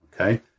Okay